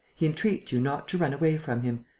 he entreats you not to run away from him.